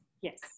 Yes